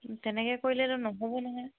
তেনেকৈ কৰিলেতো নহ'ব নহয়